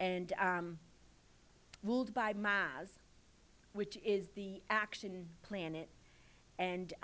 and ruled by mas which is the action plan it and